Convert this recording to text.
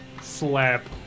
slap